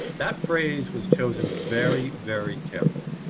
that phrase was chosen very very carefully.